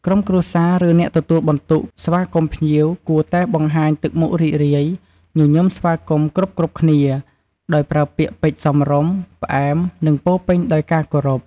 ក្រុមគ្រួសារ ឬអ្នកទទួលបន្ទុកស្វាគមន៍ភ្ញៀវ គួរតែបង្ហាញទឹកមុខរីករាយ ញញឹមស្វាគមន៍គ្រប់ៗគ្នា ដោយប្រើពាក្យពេចន៍សមរម្យ ផ្អែម និងពោរពេញដោយការគោរព។